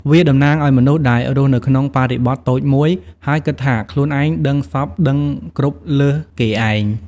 វាតំណាងឱ្យមនុស្សដែលរស់នៅតែក្នុងបរិបទតូចមួយ ហើយគិតថាខ្លួនឯងដឹងសព្វដឹងគ្រប់លើសគេឯង។